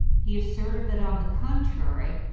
he asserted that, on the contrary,